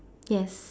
yes